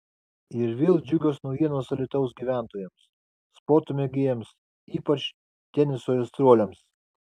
ir vėl džiugios naujienos alytaus gyventojams sporto mėgėjams ypač teniso aistruoliams